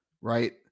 right